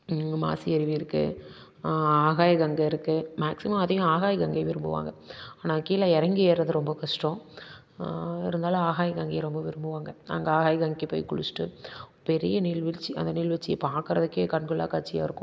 மாசி அருவி இருக்குது ஆகாய கங்கை இருக்குது மேக்ஸிமம் அதிகம் ஆகாய கங்கையை விரும்புவாங்க ஆனால் கீழே இறங்கி ஏர்றது ரொம்ப கஷ்டம் இருந்தாலும் ஆகாய கங்கை ரொம்ப விரும்புவாங்க அங்கே ஆகாய கங்கைக்கு போய் குளிச்சுட்டு பெரிய நீர்வீழ்ச்சி அந்த நீர்வீழ்ச்சி பார்க்கறதுக்கே கண்கொள்ளாத காட்சியாக இருக்கும்